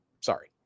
Sorry